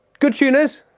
good tuners!